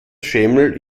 schemel